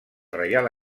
reial